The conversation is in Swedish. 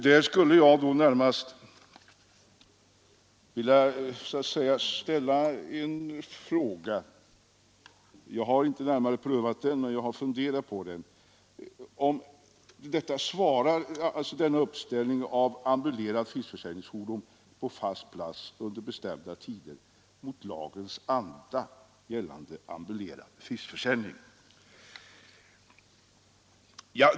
Jag vill i detta sammanhang ställa en fråga. Jag har inte närmare prövat den, men vad det gäller är huruvida denna försäljning av fisk från fordon på fast plats och på bestämda tider svarar mot lagens anda när det gäller den ambulerande fiskförsäljningen.